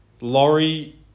Laurie